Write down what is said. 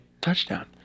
Touchdown